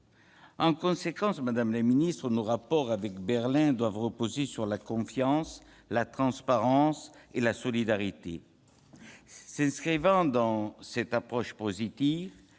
En conséquence, madame la secrétaire d'État, nos rapports avec Berlin doivent reposer sur la confiance, la transparence et la solidarité. S'inscrivant dans cette approche positive,